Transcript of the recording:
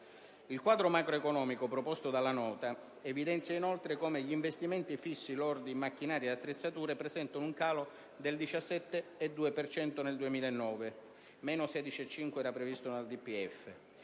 Il quadro macroeconomico proposto dalla Nota evidenzia inoltre come gli investimenti fissi lordi in macchinari ed attrezzature presentano un calo del 17,2 per cento nel 2009 (meno 16,5 per cento era previsto nel DPEF).